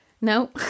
No